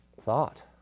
thought